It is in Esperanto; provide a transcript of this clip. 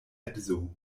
edzo